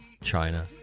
China